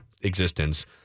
existence